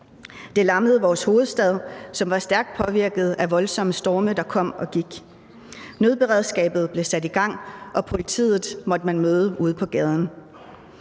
Det lammede vores hovedstad, som var stærkt påvirket af voldsomme storme, der kom og gik. Nødberedskabet blev sat i gang, og politiet måtte man møde ude på gaden.